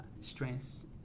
Strengths